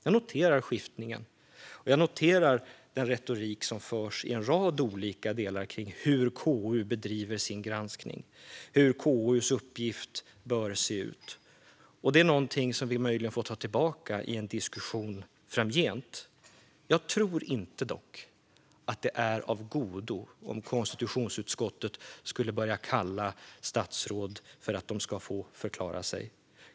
Jag noterar skiftningen, och jag noterar den retorik som finns i en rad olika delar när det gäller hur KU bedriver sin granskning och hur KU:s uppgift bör se ut. Detta är något som vi möjligen får gå tillbaka till i en diskussion framgent. Jag tror dock inte att det är av godo om konstitutionsutskottet börjar kalla statsråd för att de ska få förklara sig.